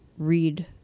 read